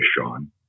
Sean